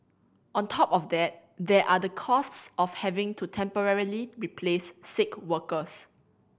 on top of that there are the costs of having to temporarily replace sick workers